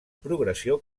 progressió